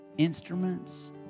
Instruments